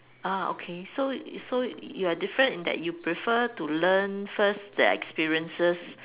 ah okay so so you're different in that you prefer to learn first the experiences